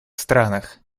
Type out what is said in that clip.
странах